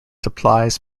supplies